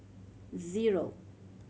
zero